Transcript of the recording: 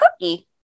cookie